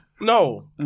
No